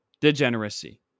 degeneracy